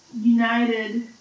united